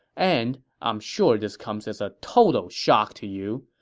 and, i'm sure this comes as a total shock to you,